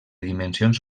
dimensions